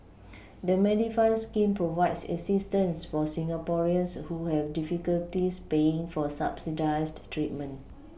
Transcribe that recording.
the Medifund scheme provides assistance for Singaporeans who have difficulties paying for subsidized treatment